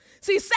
See